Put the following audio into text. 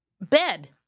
Bed